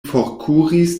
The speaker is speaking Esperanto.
forkuris